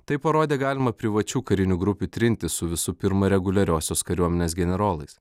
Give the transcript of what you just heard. tai parodė galimą privačių karinių grupių trintį su visų pirma reguliariosios kariuomenės generolais